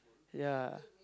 ya